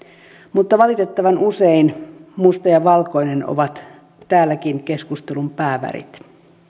mutta valitettavan usein musta ja valkoinen ovat täälläkin keskustelun päävärit